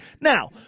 Now